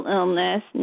Illness